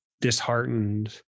disheartened